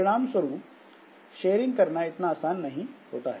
परिणाम स्वरुप शेयरिंग करना इतना आसान नहीं होता है